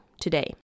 today